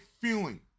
feeling